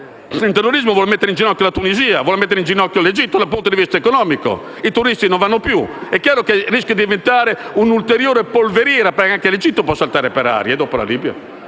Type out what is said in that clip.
il terrorismo vuol mettere in ginocchio la Tunisia e l'Egitto dal punto di vista economico; i turisti non vanno più. È chiaro che rischia di diventare un'ulteriore polveriera perché anche l'Egitto può saltare per aria dopo la Libia.